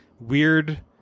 weird